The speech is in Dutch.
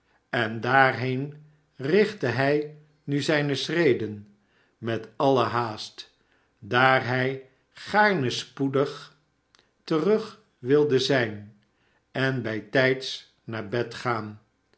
en daarheen richtte hij nu zijne schreden met alle haast daar hij gaarne spoedig terug wilde zijn en bijtijds naar bed gaan